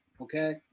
okay